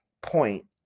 point